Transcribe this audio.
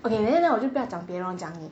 okay then 我就不要讲别人我讲你